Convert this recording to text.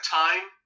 time